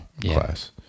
class